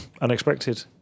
unexpected